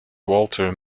walter